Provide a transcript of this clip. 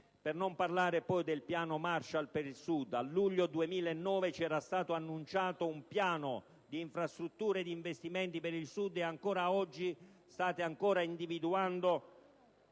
Per non parlare poi del piano Marshall per il Sud. Nel luglio 2009 era stato annunciato un piano di infrastrutture e investimenti per il Sud, ma oggi state ancora